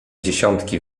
dziesiątki